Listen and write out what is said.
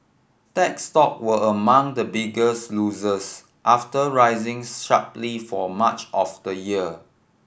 tech stock were among the biggest losers after rising sharply for much of the year